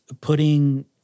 putting